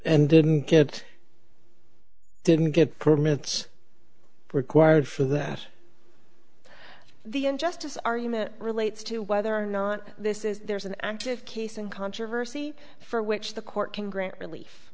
and didn't get didn't get permits required for that the injustice argument relates to whether or not this is there's an active case in controversy for which the court can grant relief